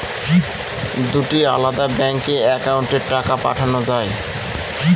দুটি আলাদা ব্যাংকে অ্যাকাউন্টের টাকা পাঠানো য়ায়?